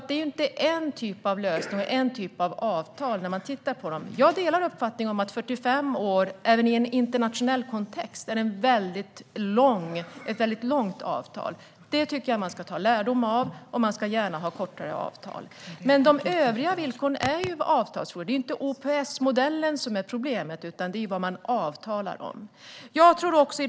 Det är inte en typ av lösning och en typ av avtal - det ser man när man tittar på dem. Jag delar uppfattningen att ett 45-årigt avtal, även i en internationell kontext, är ett väldigt långt avtal. Detta tycker jag att man ska ta lärdom av. Man ska gärna ha kortare avtal. Men de övriga villkoren är ju avtalsfrågor. Det är inte OPS-modellen som är problemet, utan det handlar om vad man avtalar om.